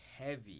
heavy